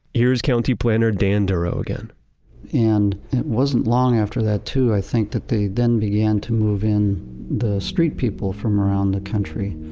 here's county planner, dan durow again and it wasn't long after that too, i think, that they then began to move in the street people from around the country,